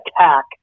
attack